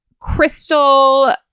crystal